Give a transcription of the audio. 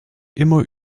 immer